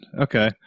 Okay